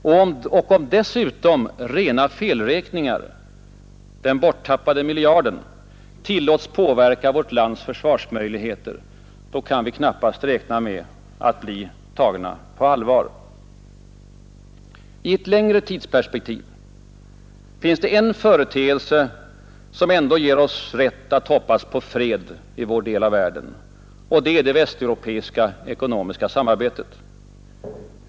Och om dessutom rena felräkningar — den borttap pade miljarden — tillåts påverka vårt lands försvarsmöjligheter, då kan vi knappast räkna med att bli tagna på allvar. I ett längre tidsperspektiv finns det en företeelse som ger oss rätt att hoppas på fred i vår del av världen, och det är det västeuropeiska ekonomiska samarbetet.